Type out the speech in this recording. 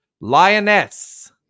Lioness